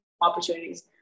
opportunities